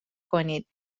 کنید